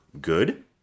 good